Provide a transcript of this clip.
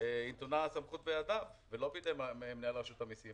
נתונה הסמכות בידיו ולא בידי מנהל רשות המיסים,